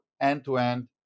end-to-end